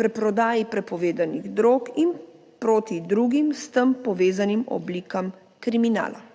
preprodaji prepovedanih drog in proti drugim s tem povezanim oblikam kriminala.